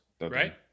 right